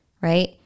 right